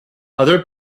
other